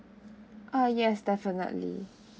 ah yes definitely